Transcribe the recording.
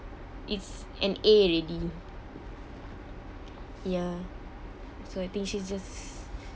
it's an A already ya so I think she just